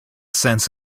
sense